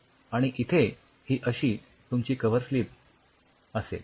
आणि इथे ही अशी तुमची कव्हर स्लिप असेल